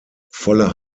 voller